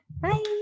bye